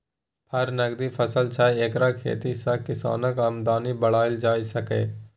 फर नकदी फसल छै एकर खेती सँ किसानक आमदनी बढ़ाएल जा सकैए